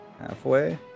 Halfway